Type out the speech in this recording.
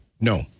No